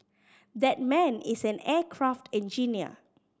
that man is an aircraft engineer